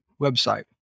website